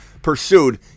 pursued